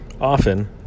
often